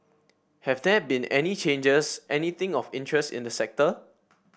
have there been any changes anything of interest in the sector